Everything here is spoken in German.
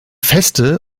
feste